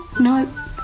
No